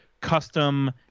custom